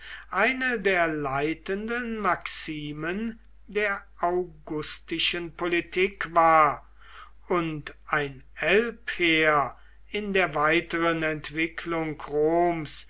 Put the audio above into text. eine der leitenden maximen der augusteischen politik war und ein elbheer in der weiteren entwicklung roms